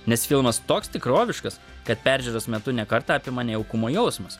nes filmas toks tikroviškas kad peržiūros metu ne kartą apima nejaukumo jausmas